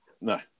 No